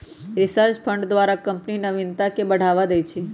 research fund द्वारा company नविनता के बढ़ावा दे हइ